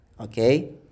okay